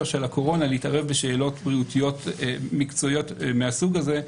של הקורונה בשאלות בריאותיות מקצועיות מהסוג הזה.